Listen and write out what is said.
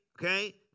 okay